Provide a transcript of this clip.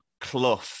Clough